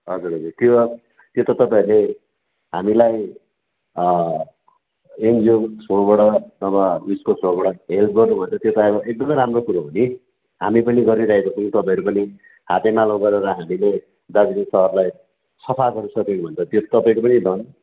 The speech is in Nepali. हजुर हजुर त्यो अब त्यो त तपाईँहरूले हामीलाई एनजिओ थ्रूबाट नभए उसको थ्रूबाट हेल्प गर्नुपर्छ त्यो त अब एकदम राम्रो कुरो हो नि हामी पनि गरिरहेको छौँ तपाईँहरू पनि हातेमालो गरेर हामीले दार्जिलिङ सहरलाई सफा गर्नु सक्यौँ भने त त्यो तपाईँको पनि धन